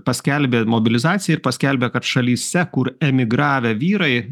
paskelbė mobilizaciją ir paskelbė kad šalyse kur emigravę vyrai